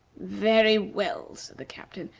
very well, said the captain.